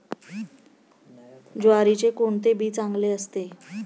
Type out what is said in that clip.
ज्वारीचे कोणते बी चांगले असते?